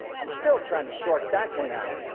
i'm still trying to sort that one out.